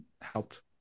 helped